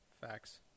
facts